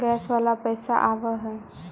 Gas वाला पैसा आव है?